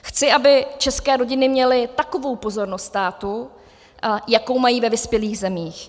Chci, aby české rodiny měly takovou pozornost státu, jakou mají ve vyspělých zemích.